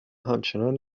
همچنان